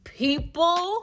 people